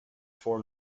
formed